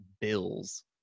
bills